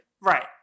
Right